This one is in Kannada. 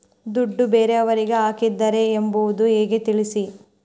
ದುಡ್ಡು ಬೇರೆಯವರಿಗೆ ಹಾಕಿದ್ದಾರೆ ಎಂಬುದು ಹೇಗೆ ತಿಳಿಸಿ?